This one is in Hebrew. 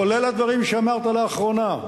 כולל הדברים שאמרת לאחרונה,